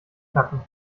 knacken